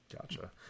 Gotcha